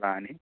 కాని